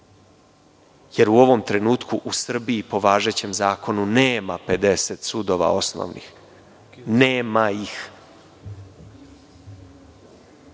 jer u ovom trenutku u Srbiji, po važećem zakonu, nema 50 osnovnih sudova. Nema ih.